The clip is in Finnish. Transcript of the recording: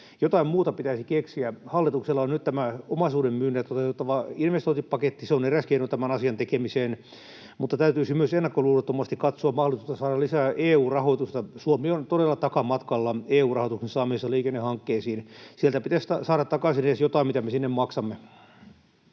Jotain muuta pitäisi keksiä. Hallituksella on nyt tämä omaisuuden myynnillä toteutettava investointipaketti. Se on eräs keino tämän asian tekemiseen, mutta täytyisi myös ennakkoluulottomasti katsoa mahdollisuutta saada lisää EU-rahoitusta. Suomi on todella takamatkalla EU-rahoituksen saamisessa liikennehankkeisiin. Sieltä pitäisi saada takaisin edes jotain siitä, mitä me sinne maksamme.